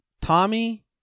Tommy